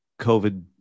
COVID